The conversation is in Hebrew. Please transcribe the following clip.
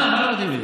מה, מה לא מתאים לי?